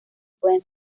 pueden